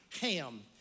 Ham